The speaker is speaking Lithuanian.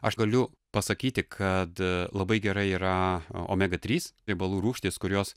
aš galiu pasakyti kad labai gerai yra omega trys riebalų rūgštys kurios